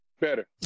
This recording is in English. Better